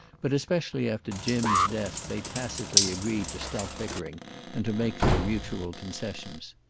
but especially after jim's death they tacitly agreed to stop bickering and to make their mutual concessions.